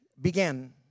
began